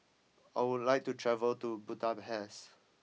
I would like to travel to Budapest